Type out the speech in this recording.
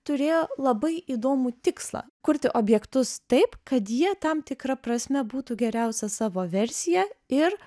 turėjo labai įdomų tikslą kurti objektus taip kad jie tam tikra prasme būtų geriausia savo versija ir